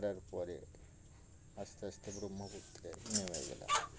পরার পরে আস্ত আস্তে ব্রহ্মপুত্রে গেলাম